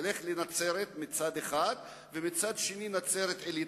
לך מצד אחד לנצרת ומצד שני לנצרת-עילית.